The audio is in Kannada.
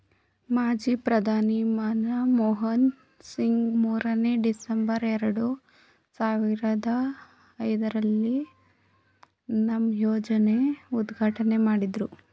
ಮಾಜಿ ಪ್ರಧಾನಿ ಮನಮೋಹನ್ ಸಿಂಗ್ ಮೂರನೇ, ಡಿಸೆಂಬರ್, ಎರಡು ಸಾವಿರದ ಐದರಲ್ಲಿ ನರ್ಮ್ ಯೋಜನೆ ಉದ್ಘಾಟನೆ ಮಾಡಿದ್ರು